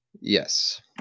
Yes